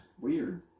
Weird